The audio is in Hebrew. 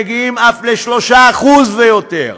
מגיעים אף ל-3% ויותר.